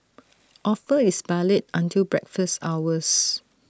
offer is valid until breakfast hours